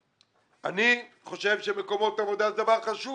אני חושב שמקומות עבודה זה דבר חשוב,